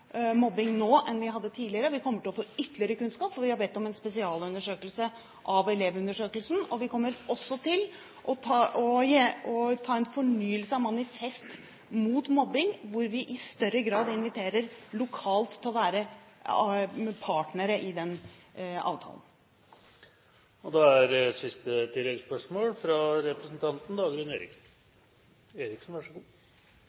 mobbing nå enn vi hadde tidligere, og vi kommer til å få ytterligere kunnskap, for vi har bedt om en spesialundersøkelse av elevundersøkelsen. Vi kommer også til å foreta en fornyelse av Manifest mot mobbing, hvor vi i større grad inviterer lokale til å være partnere i avtalen. Dagrun Eriksen – til oppfølgingsspørsmål. For hver dag som går med disse evalueringene og gjennomgangene, er